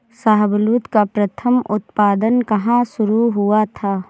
शाहबलूत का प्रथम उत्पादन कहां शुरू हुआ था?